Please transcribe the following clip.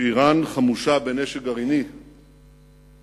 שאירן חמושה בנשק גרעיני מהווה